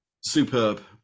Superb